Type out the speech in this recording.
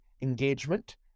engagement